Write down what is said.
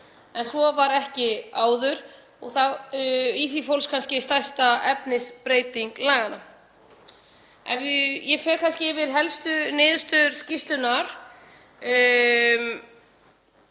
en svo var ekki áður og í því fólst kannski stærsta efnisbreyting laganna. Ef ég fer yfir helstu niðurstöður skýrslunnar